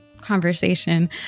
conversation